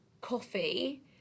coffee